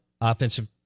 offensive